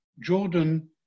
Jordan